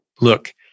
look